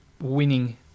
winning